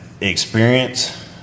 experience